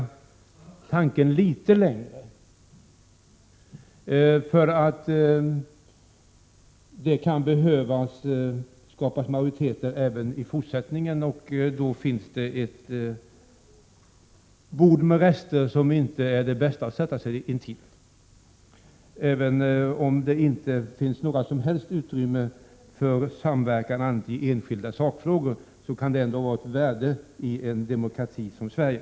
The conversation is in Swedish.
1987/88:135 ju behövas majoriteter också i fortsättningen, och då finns det ett bord med 7 juni 1988 rester som inte är det bästa att sätta sig vid. Även om det inte finns något som helst utrymme för samverkan annat än i enskilda sakfrågor, kan denna samverkan vara av värde i en demokrati som Sverige.